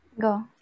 go